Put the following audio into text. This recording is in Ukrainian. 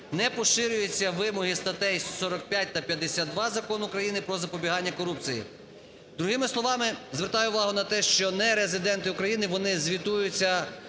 не поширюються вимоги статей 45 та 52 Закону України "Про запобігання корупції". Другими словами, звертаю увагу на те, що нерезиденти України, вони звітуються